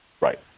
Right